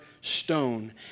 stone